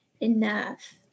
enough